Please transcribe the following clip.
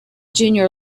junior